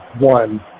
one